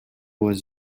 was